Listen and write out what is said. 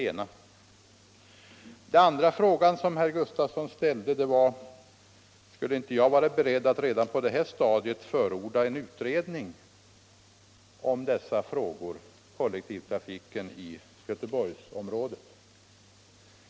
En annan fråga som herr Gustafson ställde var om jag skulle vara beredd att redan på det här stadiet förorda en utredning om kollektivtrafiken i Göteborgsområdet.